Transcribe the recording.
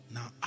Now